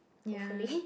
ya